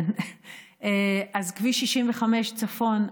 אז כביש 65 צפון,